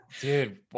Dude